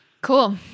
Cool